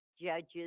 judges